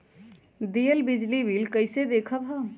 दियल बिजली बिल कइसे देखम हम?